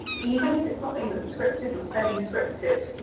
even if it's something that scripted or semi scripted,